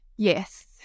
Yes